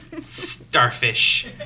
Starfish